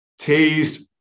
tased